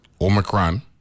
Omicron